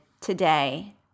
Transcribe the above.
today